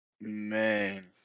Man